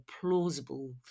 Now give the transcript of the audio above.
plausible